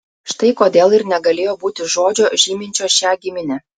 štai kodėl ir negalėjo būti žodžio žyminčio šią giminę